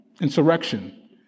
insurrection